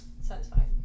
satisfied